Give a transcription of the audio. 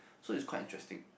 so is quite interesting